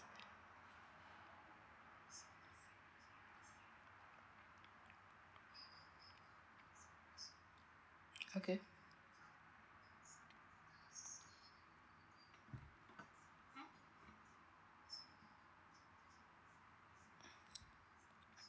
okay